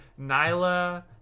Nyla